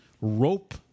rope